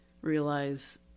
realize